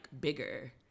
bigger